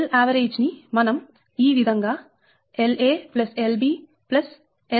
Lavg ని మనం ఈ విధంగా LaLb